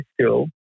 school